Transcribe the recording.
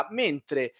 mentre